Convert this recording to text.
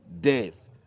death